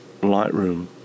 lightroom